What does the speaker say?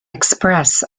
express